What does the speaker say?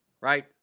right